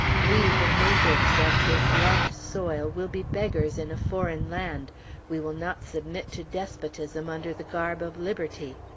we, the natives of this loved soil, will be beggars in a foreign land we will not submit to despotism under the garb of liberty.